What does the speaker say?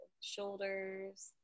shoulders